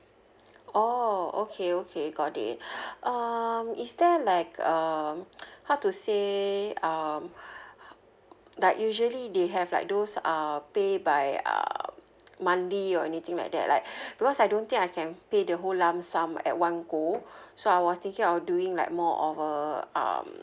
orh okay okay got it um is there like um how to say um like usually they have like those uh pay by uh monthly or anything like that like because I don't think I can pay the whole lump sum at one go so I was thinking of doing like more of a um